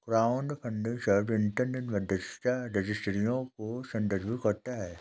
crowdfunding शब्द internet मध्यस्थता रजिस्ट्रियों को संदर्भित करता है